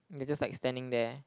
mm they just like standing there